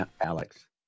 Alex